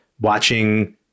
watching